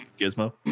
Gizmo